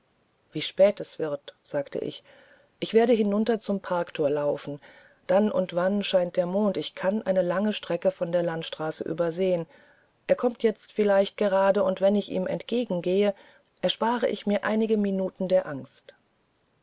wie spät es wird sagte ich ich werde hinunter zum parkthor laufen dann und wann scheint der mond ich kann eine lange strecke von der landstraße übersehen er kommt jetzt vielleicht gerade und wenn ich ihm entgegengehe erspare ich mir einige minuten der angst